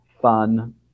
fun